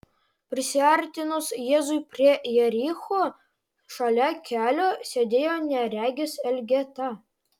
prisiartinus jėzui prie jericho šalia kelio sėdėjo neregys elgeta